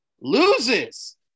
loses